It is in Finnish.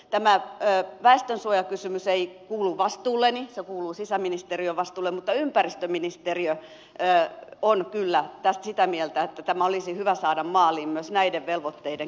tämä väestönsuojakysymys ei kuulu vastuulleni se kuuluu sisäministeriön vastuulle mutta ympäristöministeriö on kyllä tästä sitä mieltä että myös näiden velvoitteiden keventäminen olisi hyvä saada maaliin